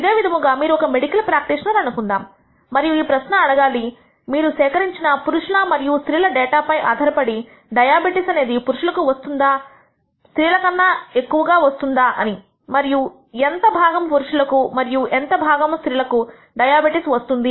ఇదే విధముగా మీరు ఒక మెడికల్ ప్రాక్టీషనర్ అనుకుందాం మరియు మీరు ఈ ప్రశ్న అడగాలి మీరు సేకరించిన పురుషుల మరియు స్త్రీల డేటా పైన ఆధారపడి డయాబెటిస్ అనేది పురుషులకు వస్తుందా స్త్రీల కన్నా ఎక్కువగా వస్తుందా అని మరియు ఎంత భాగము పురుషులకు మరి ఎంత భాగము స్త్రీలకు డయాబెటిస్ వస్తుంది